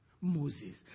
Moses